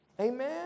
Amen